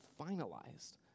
finalized